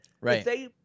Right